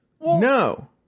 No